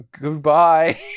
Goodbye